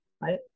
right